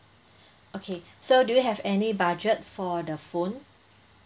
okay so do you have any budget for the phone